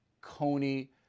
Coney